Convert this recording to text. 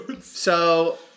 So-